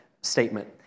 statement